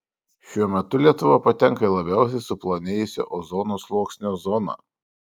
šiuo metu lietuva patenka į labiausiai suplonėjusio ozono sluoksnio zoną